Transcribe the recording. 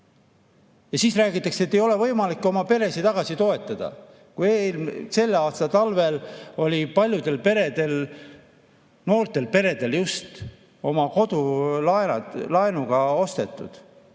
Ja siis räägitakse, et ei ole võimalik oma peresid toetada. Kui selle aasta talvel oli paljudel peredel, noortel peredel just, oma kodu laenuga ostetud